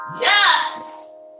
yes